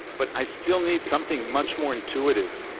but i still need something much more intuitive.